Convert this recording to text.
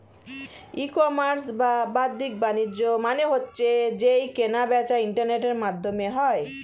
ই commerce বা বাদ্দিক বাণিজ্য মানে হচ্ছে যেই কেনা বেচা ইন্টারনেটের মাধ্যমে হয়